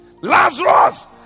Lazarus